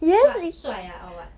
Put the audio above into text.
but 帅 ah or what